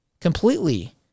completely